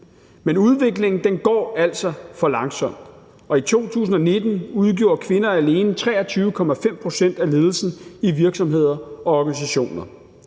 Men udviklingen går altså for langsomt. I 2019 udgjorde kvinder alene 23,5 pct. af ledelsen i virksomheder og organisationer.